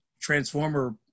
transformer